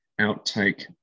outtake